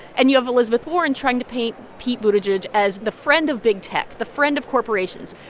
and you have elizabeth warren trying to paint pete buttigieg as the friend of big tech, the friend of corporations,